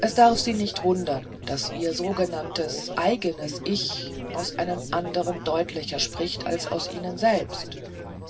es darf sie nicht wundern daß ihr sogenanntes eigenes ich aus einem anderen deutlicher spricht als aus ihnen selbst